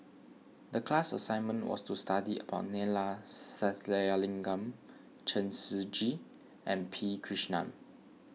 the class assignment was to study about Neila Sathyalingam Chen Shiji and P Krishnan